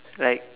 like